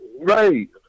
Right